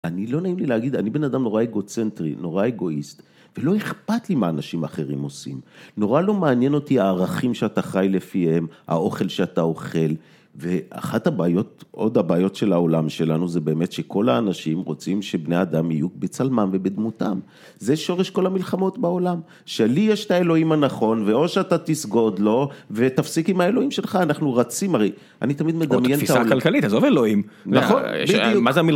אני לא נעים לי להגיד, אני בן אדם נורא אגוצנטרי, נורא אגואיסט, ולא אכפת לי מה אנשים אחרים עושים. נורא לא מעניין אותי הערכים שאתה חי לפיהם, האוכל שאתה אוכל, ו-אחת הבעיות, עוד הבעיות של העולם שלנו, זה באמת שכל האנשים רוצים שבני אדם יהיו בצלמם ובדמותם. זה שורש כל המלחמות בעולם. שלי יש את האלוהים הנכון, ואו שאתה תסגוד לו, ותפסיק עם האלוהים שלך, אנחנו רצים, הרי.. אני תמיד מדמיין את ה... או את התפיסה הכלכלית, עזוב אלוהים. נכון, בדיוק. מה זה המל-